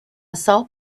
salt